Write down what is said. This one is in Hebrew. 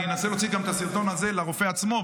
אני אנסה להוציא את הסרטון הזה לרופא עצמו,